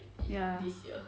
ya